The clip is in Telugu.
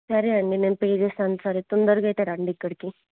సరే అండి నేను పే చేస్తాను సరే తొందరగా అయితే రండి ఇక్కడికి